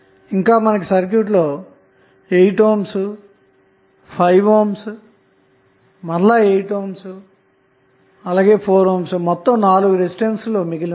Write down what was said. ఇంకా సర్క్యూట్ లో 8 ohm 5 ohm 8 ohm 4 ohm నాలుగు రెసిస్టెన్స్ లు మాత్రమే మిగిలి ఉన్నాయి